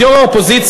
אז יו"ר האופוזיציה,